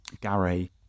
Gary